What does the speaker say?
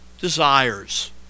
desires